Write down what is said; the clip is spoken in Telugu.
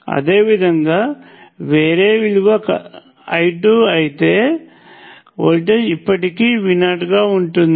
అదేవిధంగా కరెంట్ వేరే విలువ I2 అయితే వోల్టేజ్ ఇప్పటికీ V0 గా ఉంటుంది